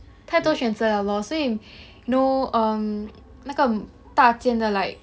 太多选择了 lor 所以 no um 那个大间的 like